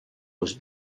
was